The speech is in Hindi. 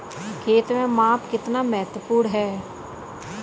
खेत में माप कितना महत्वपूर्ण है?